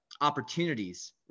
opportunities